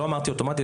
לא אמרתי אוטומטי.